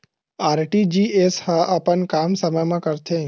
RTGS ह अपन काम समय मा करथे?